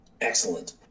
Excellent